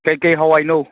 ꯀꯩꯀꯩ ꯍꯋꯥꯏꯅꯣ